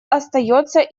остается